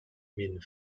min